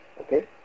okay